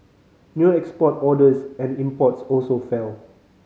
new export orders and imports also fell